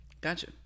gotcha